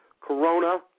Corona